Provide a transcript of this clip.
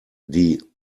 die